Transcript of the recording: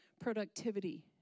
productivity